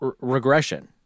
regression